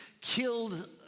killed